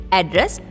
address